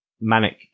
manic